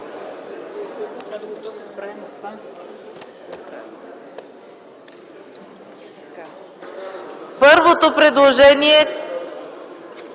Първото предложение,